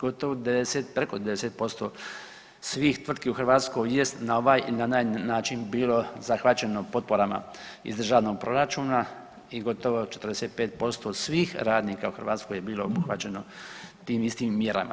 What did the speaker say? Gotovo 10, preko 10% svih tvrtki u Hrvatskoj jest na ovaj ili na onaj način bilo zahvaćeno potporama iz državnog proračuna i gotovo 45% svih radnika u Hrvatskoj je bilo obuhvaćeno tim istim mjerama.